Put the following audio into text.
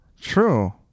true